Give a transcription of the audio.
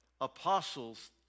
apostles